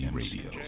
radio